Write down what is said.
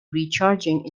recharging